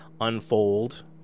unfold